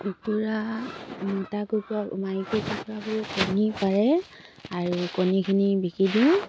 কুকুৰা মতা কুকুৰা মাইকী কুকুৰাবোৰ কণী পাৰে আৰু কণীখিনি বিকি দিওঁ